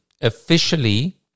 officially